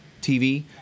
TV